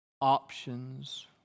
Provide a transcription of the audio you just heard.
options